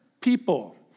people